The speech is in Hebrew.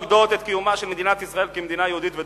אבל,